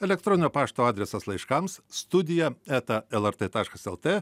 elektroninio pašto adresas laiškams studija eta lrt taškas lt